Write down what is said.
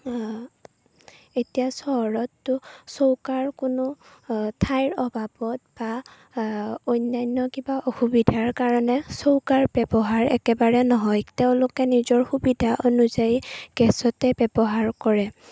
এতিয়া চহৰতটো চৌকাৰ কোনো ঠাইৰ অভাৱত বা অন্যান্য কিবা অসুবিধাৰ কাৰণে চৌকাৰ ব্যৱহাৰ একেবাৰে নহয় তেওঁলোকে নিজৰ সুবিধা অনুযায়ী গেছতে ব্যৱহাৰ কৰে